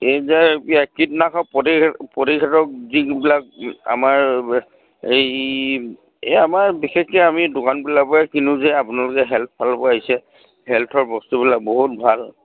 এই যে কীটনাশক প্ৰতিষেধক যিবিলাক আমাৰ এই হেৰি এই আমাৰ বিশেষকে আমি দোকানবিলাক পৰা কিনোঁ যে আপোনালোকে হেলথৰ ফালৰ পৰা আহিছে হেলথৰ বস্তুবিলাক বহুত ভাল